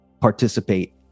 participate